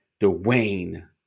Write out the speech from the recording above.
Dwayne